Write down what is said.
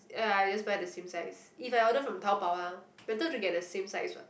ya I would just buy the same size if I order from Taobao lah better to get the same size what